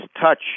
touch